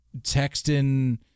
texting